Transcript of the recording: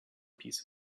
piece